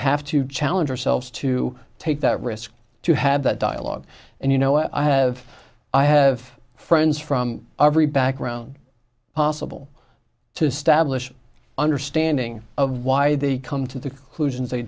have to challenge ourselves to take that risk to have that dialogue and you know i have i have friends from every background possible to establish understanding of why they come to the clues as they